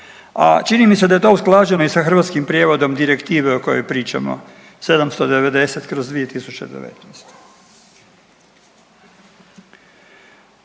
A čini mi se da je to usklađeno i sa hrvatskim prijevodom Direktive o kojoj pričamo 790/2019.